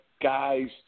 guys